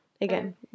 Again